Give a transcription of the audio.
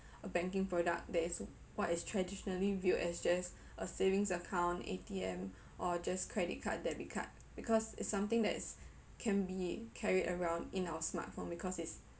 a banking product that is what is traditionally viewed as just a savings account A_T_M or just credit card debit card because it's something that's can be carried around in our smartphone because it's